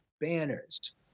banners